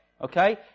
Okay